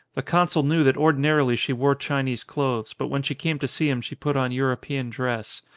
the consul knew that ordinarily she wore chinese clothes, but when she came to see him she put on european dress.